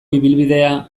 ibilbidea